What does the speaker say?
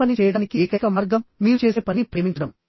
గొప్ప పని చేయడానికి ఏకైక మార్గం మీరు చేసే పనిని ప్రేమించడం